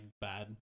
bad